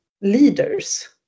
leaders